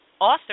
author